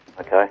Okay